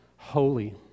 Holy